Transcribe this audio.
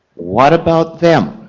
what about them,